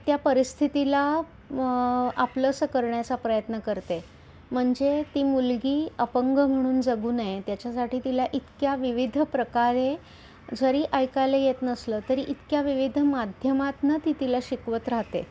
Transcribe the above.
त्या परिस्थितीला आपलंसं करण्याचा प्रयत्न करते म्हणजे ती मुलगी अपंग म्हणून जगू नये त्याच्यासाठी तिला इतक्या विविध प्रकारे जरी ऐकायला येत नसलं तरी इतक्या विविध माध्यमातनं ती तिला शिकवत राहते